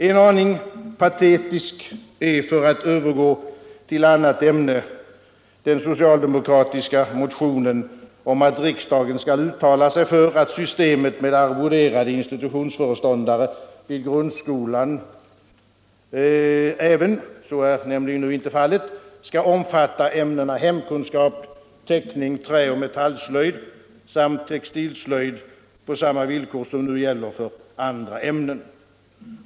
En aning patetisk är, för att övergå till ett annat ämne, den socialdemokratiska motionen om att riksdagen skall uttala sig för att systemet med arvoderade institutionsföreståndare i grundskolan även skall — vilket nu inte är fallet — omfatta ämnena hemkunskap, teckning, träoch metallslöjd samt textilslöjd på samma villkor som nu gäller för andra ämnen.